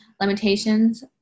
Limitations